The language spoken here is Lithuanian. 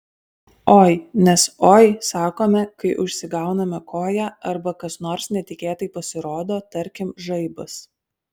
oi nes oi sakome kai užsigauname koją arba kas nors netikėtai pasirodo tarkim žaibas